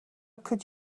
could